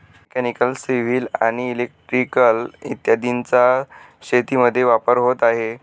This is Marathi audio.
मेकॅनिकल, सिव्हिल आणि इलेक्ट्रिकल इत्यादींचा शेतीमध्ये वापर होत आहे